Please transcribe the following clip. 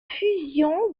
fusion